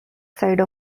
side